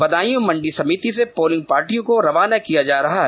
बदायूं मंडी समिति से पोलिंग पार्टियों को रवाना किया जा रहा है